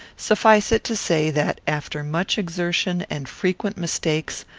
suffice it to say that, after much exertion and frequent mistakes,